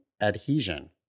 adhesion